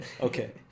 okay